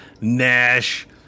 Nash